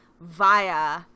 via